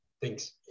thanks